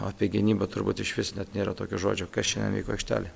o apie gynybą turbūt išvis net nėra tokio žodžio kas šiandien vyko aikštelėj